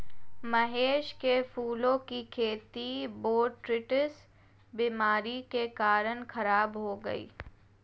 महेश के फूलों की खेती बोटरीटिस बीमारी के कारण खराब हो गई